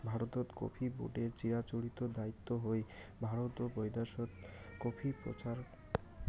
ভারতত কফি বোর্ডের চিরাচরিত দায়িত্ব হই ভারত ও বৈদ্যাশত কফি প্রচার